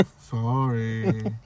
Sorry